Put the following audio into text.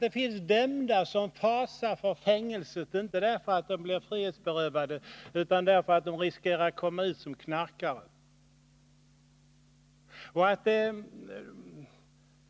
Det finns dömda som fasar för fängelset, inte därför att de blir frihetsberövade utan därför att de riskerar att komma ut som knarkare.